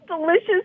delicious